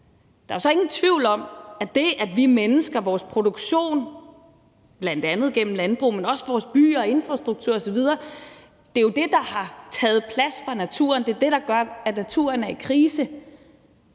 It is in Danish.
Der er jo så ingen tvivl om, at det betyder noget, hvad vi mennesker gør – vores produktion bl.a. gennem landbrug, men også vores byer og infrastruktur osv. Det er jo det, der har taget plads fra naturen. Det er det, der gør, at naturen er i krise.